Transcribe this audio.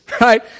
right